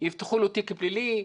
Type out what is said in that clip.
יפתחו לו תיק פלילי,